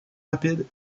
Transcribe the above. rapide